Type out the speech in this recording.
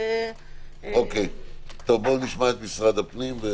-- משרד הפנים.